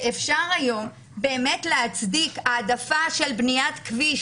שאפשר היום באמת להצדיק העדפה של בניית כביש